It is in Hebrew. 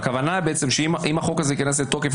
הכוונה שאם החוק הזה ייכנס לתוקף,